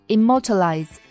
Immortalize